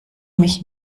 mich